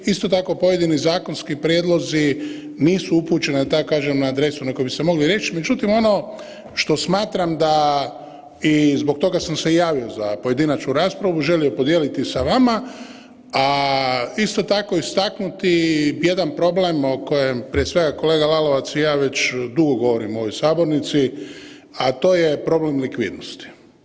Isto tako pojedini zakonski prijedlozi nisu upućeni da tako kažem na adresu na koju bi se mogli reći, međutim ono što smatram da i zbog toga sam se i javio za pojedinačnu raspravu i želio podijeliti sa vama, a isto tako istaknuti jedan problem o kojem prije svega kolega Lalovac i ja već dugo govorimo u ovoj sabornici, a to je problem likvidnosti.